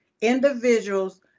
individuals